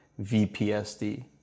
VPSD